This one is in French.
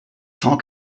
cent